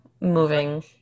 moving